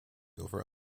over